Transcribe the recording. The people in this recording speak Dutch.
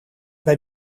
bij